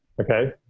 Okay